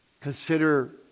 Consider